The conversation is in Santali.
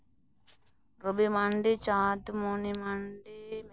ᱨᱚᱵᱤ ᱢᱟᱱᱰᱤ ᱪᱟᱸᱫᱽᱢᱚᱱᱤ ᱢᱟᱱᱰᱤ